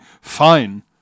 fine